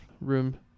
room